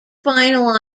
final